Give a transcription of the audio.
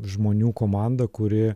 žmonių komandą kuri